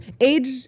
Age